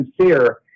sincere